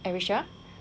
arisha